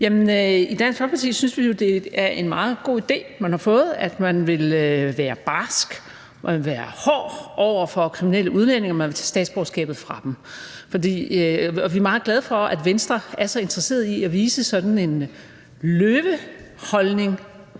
I Dansk Folkeparti synes vi, det er en meget god idé, man har fået, nemlig at man vil være barsk, at man vil være hård over for kriminelle udlændinge, og at man vil tage statsborgerskabet fra dem. Vi er meget glade for, at Venstre er så interesseret i at vise sådan en løveholdning